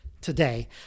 today